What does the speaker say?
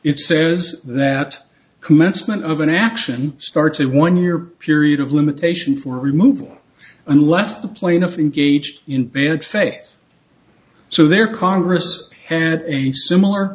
it says that commencement of an action starts a one year period of limitation for removal unless the plaintiff engaged in bad faith so their congress had a similar